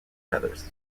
feathers